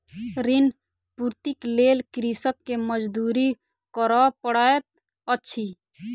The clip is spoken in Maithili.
ऋण पूर्तीक लेल कृषक के मजदूरी करअ पड़ैत अछि